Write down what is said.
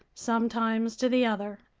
sometimes to the other.